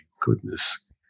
goodness